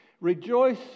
Rejoice